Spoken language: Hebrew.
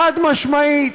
חד-משמעית,